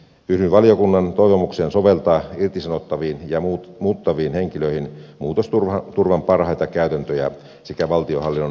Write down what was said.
yhdyn valiokunnan toivomukseen soveltaa irtisanottaviin ja muuttaviin henkilöihin muutosturvan parhaita käytäntöjä sekä valtionhallinnon henkilöstöpoliittisia periaatteita